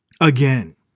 Again